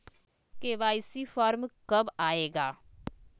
KYC form कब आए गा?